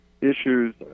issues